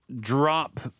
drop